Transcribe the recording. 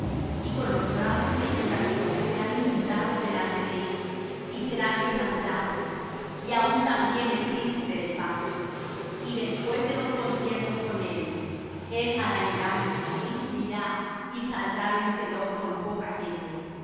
y con los brazos de inundación serán inundados delante de él y serán quebrantados y aun también el príncipe del pacto y después de los conciertos con él él hará engaño y subirá y saldrá vencedor con poca gente